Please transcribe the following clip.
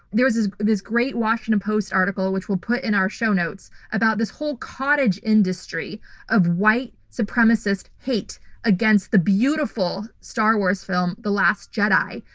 there was this this great washington post article, which we'll put in our show notes about this whole cottage industry of white supremacist hate against the beautiful star wars film, the last jedi,